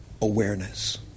awareness